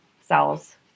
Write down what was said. cells